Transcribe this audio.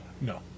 No